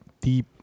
deep